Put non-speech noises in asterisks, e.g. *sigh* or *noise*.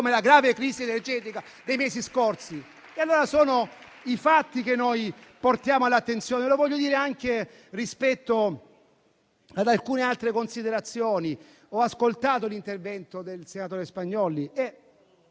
come la grave crisi energetica dei mesi scorsi? *applause* Sono questi i fatti che portiamo all'attenzione e lo voglio dire anche rispetto ad alcune altre considerazioni. Ho ascoltato l'intervento del senatore Spagnolli,